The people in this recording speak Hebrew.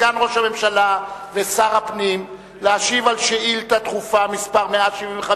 אני מזמין את סגן ראש הממשלה ושר הפנים להשיב על שאילתא דחופה מס' 175,